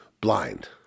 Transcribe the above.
blind